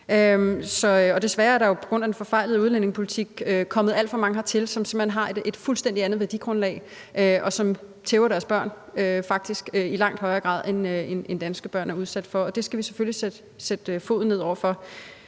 Og desværre er der jo på grund af den forfejlede udlændingepolitik kommet alt for mange hertil, som simpelt hen har et fuldstændig andet værdigrundlag, og som faktisk i langt højere grad tæver deres børn, end hvad danske børn er udsat for, og det skal vi selvfølgelig sætte foden ned over for.